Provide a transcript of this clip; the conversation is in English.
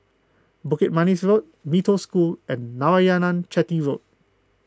Bukit Manis Road Mee Toh School and Narayanan Chetty Road